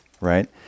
right